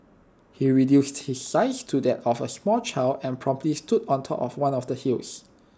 he reduced his size to that of A small child and promptly stood atop one of the hills